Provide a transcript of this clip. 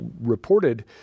reported